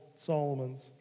Solomon's